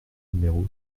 numéro